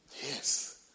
Yes